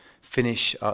finish